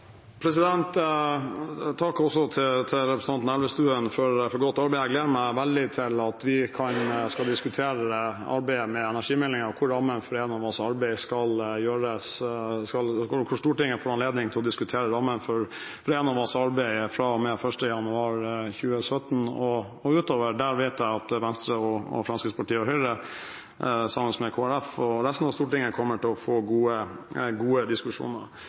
også til representanten Elvestuen for godt arbeid. Jeg gleder meg veldig til at vi skal diskutere arbeidet med energimeldingen, hvor Stortinget får anledning til å diskutere rammene for Enovas arbeid fra og med 1. januar 2017 og utover. Der vet jeg at Venstre, Fremskrittspartiet og Høyre, sammen Kristelig Folkeparti og resten av Stortinget, kommer til å få gode diskusjoner.